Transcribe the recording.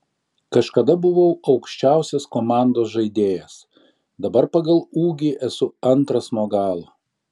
kažkada buvau aukščiausias komandos žaidėjas dabar pagal ūgį esu antras nuo galo